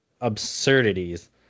absurdities